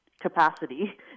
capacity